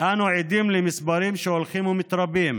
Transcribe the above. אנו עדים למספרים שהולכים ומתרבים